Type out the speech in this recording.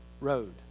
road